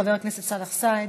חבר הכנסת סאלח סעד,